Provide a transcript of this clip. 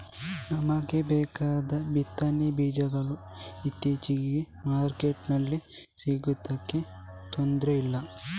ನಮಿಗೆ ಬೇಕಾದ ಬಿತ್ತನೆ ಬೀಜಗಳು ಇತ್ತೀಚೆಗೆ ಮಾರ್ಕೆಟಿನಲ್ಲಿ ಸಿಗುದಕ್ಕೆ ತೊಂದ್ರೆ ಇಲ್ಲ